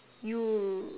you